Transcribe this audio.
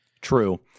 True